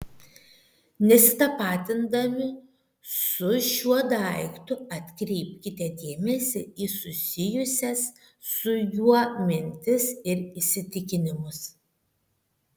nesitapatindami su šiuo daiktu atkreipkite dėmesį į susijusias su juo mintis ir įsitikinimus